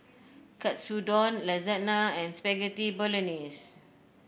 Katsudon Lasagna and Spaghetti Bolognese